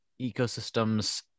ecosystems